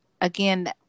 again